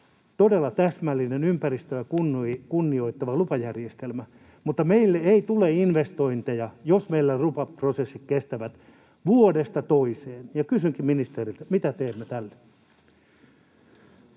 todella täsmällinen, ympäristöä kunnioittava lupajärjestelmä, mutta meille ei tule investointeja, jos meillä lupaprosessit kestävät vuodesta toiseen. Ja kysynkin ministeriltä, mitä teemme tälle.